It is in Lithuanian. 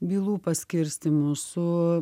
bylų paskirstymu su